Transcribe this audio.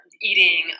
eating